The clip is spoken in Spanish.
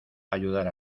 ayudar